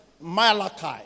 Malachi